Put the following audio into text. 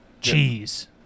Cheese